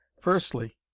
Firstly